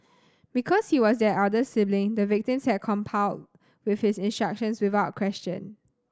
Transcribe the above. because he was their elder sibling the victims had complied with his instructions without question